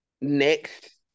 next